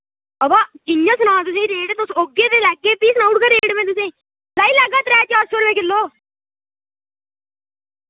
हां वा इ'य्यां सनां तुसें रेट तुस औगे ते लैगे फ्ही सनाऊड़गा रेट मैं तुसें लाई लैगा त्रै चार सौ रपे किल्लो